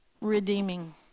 redeeming